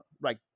right